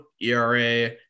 ERA